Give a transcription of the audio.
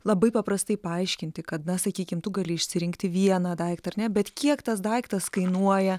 labai paprastai paaiškinti kad na sakykim tu gali išsirinkti vieną daiktą ar ne bet kiek tas daiktas kainuoja